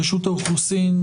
רשות האוכלוסין,